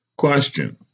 question